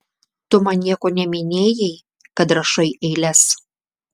tu man nieko neminėjai kad rašai eiles